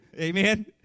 Amen